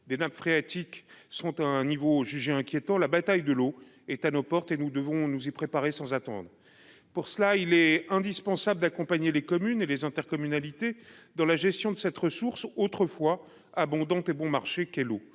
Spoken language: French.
des nappes phréatiques sont à un niveau jugé inquiétant, la bataille de l'eau est à nos portes. Nous devons nous y préparer sans attendre. Pour cela, il est indispensable d'accompagner les communes et les intercommunalités dans la gestion de cette ressource autrefois abondante et bon marché qu'est l'eau.